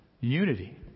Unity